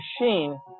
machine